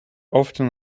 often